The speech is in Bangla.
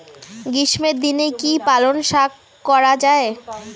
গ্রীষ্মের দিনে কি পালন শাখ করা য়ায়?